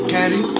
Caddy